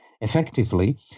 effectively